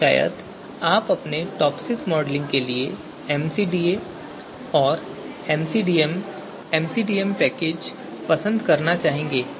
तो शायद आप अपने टॉपसिस मॉडलिंग के लिए एमसीडीए और एमसीडीएम पैकेज पसंद करना चाहेंगे